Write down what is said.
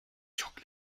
çok